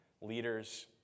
leaders